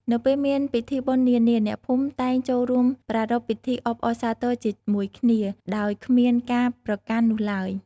នៅពេលមានពិធីបុណ្យនានា អ្នកភូមិតែងចូលរួមប្រារព្ធពិធីអបអរសាទរជាមួយគ្នា ដោយគ្មានការប្រកាន់នោះឡើយ។